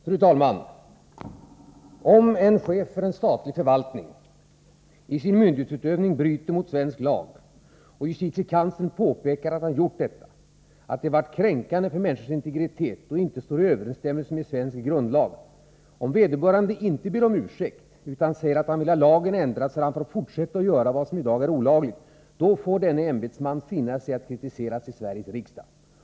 Fru talman! Om en chef för en statlig förvaltning i sin myndighetsutövning bryter mot svensk lag och justitiekanslern påpekar att han gjort detta, att det var kränkande för människors integritet och inte står i överensstämmelse med svensk grundlag, om vederbörande inte ber om ursäkt utan säger att han vill ha lagen ändrad så att han får fortsätta att göra vad som i dag är olagligt, då får denne ämbetsman finna sig i att kritiseras i Sveriges riksdag.